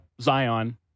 Zion